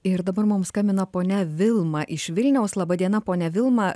ir dabar mums skambina ponia vilma iš vilniaus laba diena ponia vilma